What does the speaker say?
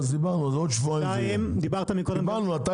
דיברת מקודם --- דיברנו על זה,